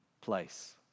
place